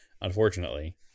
unfortunately